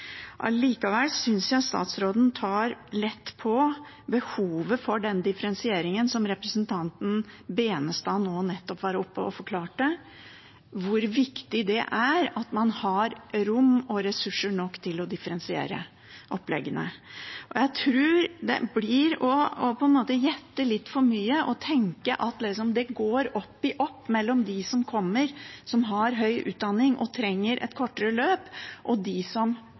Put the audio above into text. statsråden tar lett på behovet for denne differensieringen som representanten Tveiten Benestad nå nettopp var oppe og forklarte, hvor viktig det er at man har rom og ressurser nok til å differensiere oppleggene. Jeg tror det blir å gjette litt for mye når man tenker at det går opp i opp mellom de som kommer som har utdanning og trenger et kortere løp, og de som